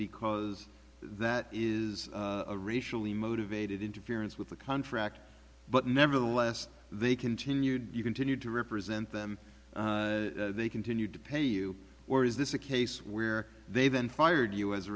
because that is a racially motivated interference with the contract but nevertheless they continued you continued to represent them they continued to pay you or is this a case where they then fired you as a